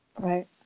right